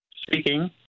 Speaking